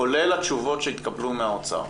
כולל התשובות שהתקבלו מהאוצר,